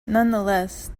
nonetheless